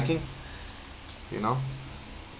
you know